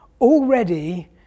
Already